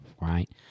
right